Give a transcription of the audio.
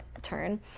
turn